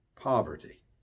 poverty